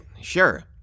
sure